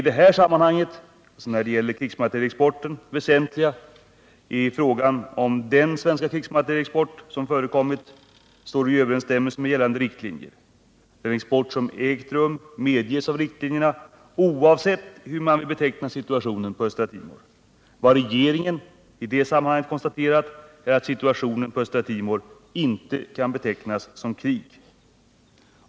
Det väsentliga här är frågan om den svenska krigsmaterielexport som förekommit står i överensstämmelse med gällande riktlinjer. Den export som ägt rum medges av riktlinjerna oavsett hur man vill beteckna situationen på Östra Timor. Vad regeringen i det här sammanhanget konstaterat är att situationen på Östra Timor inte kan betecknas som krig.